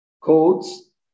codes